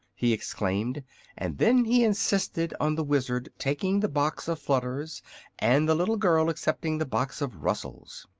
he exclaimed and then he insisted on the wizard taking the box of flutters and the little girl accepting the box of rustles.